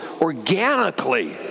organically